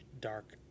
dark